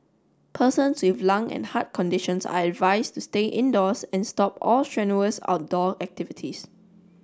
persons with lung and heart conditions are advised to stay indoors and stop all strenuous outdoor activities